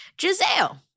Giselle